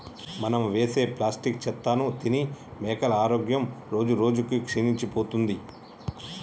మనం వేసే ప్లాస్టిక్ చెత్తను తిని మేకల ఆరోగ్యం రోజురోజుకి క్షీణించిపోతుంది